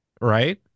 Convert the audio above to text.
Right